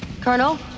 Colonel